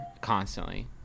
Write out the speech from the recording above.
constantly